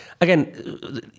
again